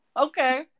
Okay